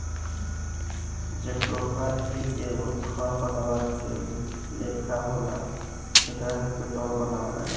jatropha भी एगो खर पतवार के लेखा होला एकरा से पेट्रोल बनावल जाला